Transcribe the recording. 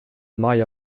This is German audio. maja